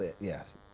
yes